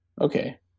Okay